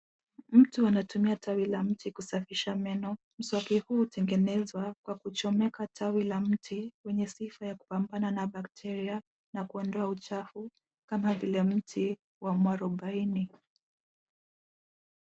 Mtu anatumia tawi la mti kusafisha meno. Mswaki huu hutengenezwa kwa kuchomeka tawi la mti kwenye sefu ya kupambana na bacteria na kuondoa uchafu kama vile mti wa mwarobaine.